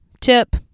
tip